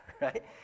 right